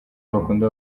bakunda